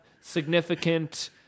significant